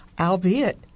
albeit